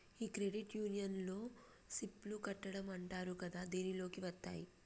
ఈ క్రెడిట్ యూనియన్లో సిప్ లు కట్టడం అంటారు కదా దీనిలోకి వత్తాయి